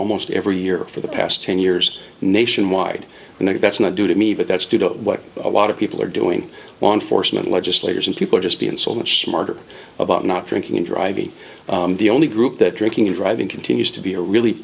almost every year for the past ten years nationwide and that's not due to me but that's due to what a lot of people are doing on force not legislators and people just being so much smarter about not drinking and driving the only group that drinking and driving continues to be a really